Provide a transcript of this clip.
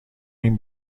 این